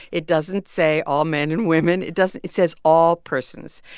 it doesn't say all men and women. it doesn't it says all persons.